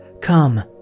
Come